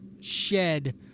shed